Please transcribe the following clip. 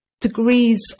degrees